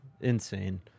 insane